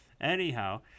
Anyhow